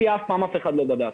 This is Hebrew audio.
אותי אף פעם לא בדקו.